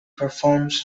performs